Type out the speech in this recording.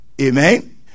Amen